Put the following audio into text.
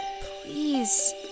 please